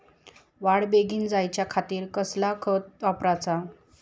वाढ बेगीन जायच्या खातीर कसला खत वापराचा?